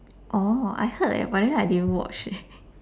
oh I heard leh but I didn't watch leh